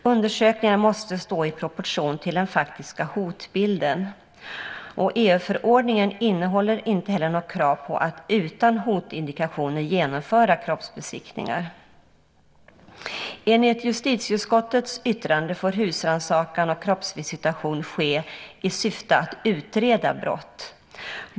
Undersökningarna måste stå i proportion till den faktiska hotbilden. EU-förordningen innehåller inte heller något krav på att utan hotindikationer genomföra kroppsbesiktningar. Enligt justitieutskottets yttrande får husrannsakan och kroppsvisitation ske i syfte att utreda brott.